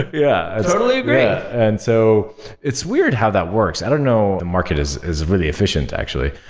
ah yeah i totally agree and so it's weird how that works. i don't know the market is is really efficient, actually.